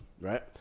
right